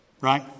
Right